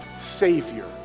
Savior